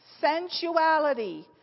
sensuality